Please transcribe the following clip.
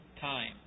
time